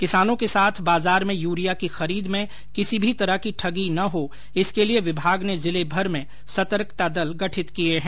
किसानों के साथ बाजार में यूरिया की खरीद में किसी भी तरह की ठगी न हो इसके लिये विभाग ने जिलेभर में सतर्कता दल गठिंत किये है